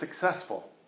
successful